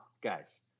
guys